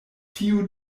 tiu